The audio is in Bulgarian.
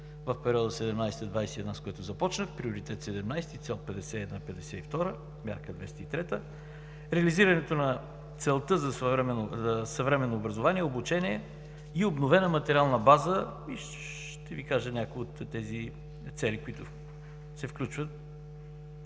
в периода 2017 – 2021 г., с което започнах: Приоритет 17, цел 51 – 52, мярка 203. Реализирането на целта за съвременно образование, обучение и обновена материална база – ще Ви кажа някои от тези цели, които се включват